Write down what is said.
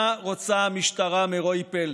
מה רוצה המשטרה מרועי פלג,